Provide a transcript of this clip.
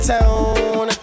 Town